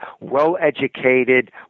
well-educated